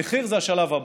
המחיר זה השלב הבא.